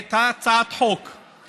לעצמו את הזמן.